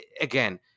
again